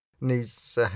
news